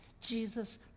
Jesus